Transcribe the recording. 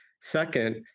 Second